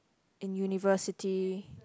in University